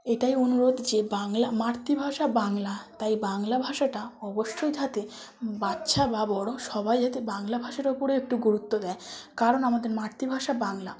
এটাই অনুরোধ যে বাংলা মাতৃভাষা বাংলা তাই বাংলা ভাষাটা অবশ্যই যাতে বাচ্চা বা বড় সবাই যাতে বাংলা ভাষার উপরে একটু গুরুত্ব দেয় কারণ আমাদের মাতৃভাষা বাংলা